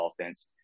offense